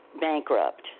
bankrupt